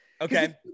Okay